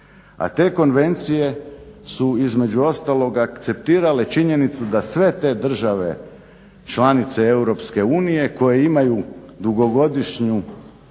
A te konvencije su između ostalog akceptirale činjenicu da sve te države članice EU koje imaju dugogodišnju